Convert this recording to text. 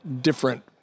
different